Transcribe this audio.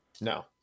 No